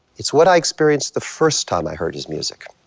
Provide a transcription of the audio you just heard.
it's what i experienced the first time i heard his music.